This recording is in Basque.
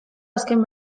azken